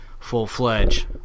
Full-fledged